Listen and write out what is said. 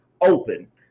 open